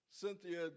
Cynthia